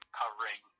covering